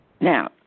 Now